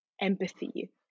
empathy